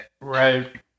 Right